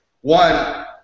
One